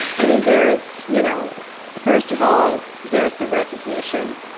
i mean there is you know first of all, there's the recognition.